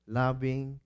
loving